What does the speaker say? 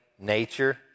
nature